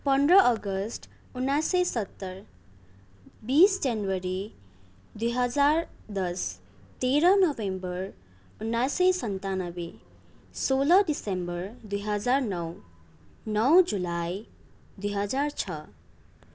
पन्ध्र अगस्त उन्नाइस सय सत्तर बिस जनवरी दुई हजार दस तेह्र नोभेम्बर उन्नाइस सय सन्तानब्बे सोह्र दिसम्बर दुई हजार नौ नौ जुलाई दुई हजार छ